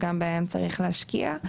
וגם בהן צריך להשקיע,